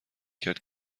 کرد